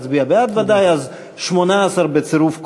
בעד, אין מתנגדים, אין נמנעים.